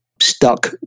Stuck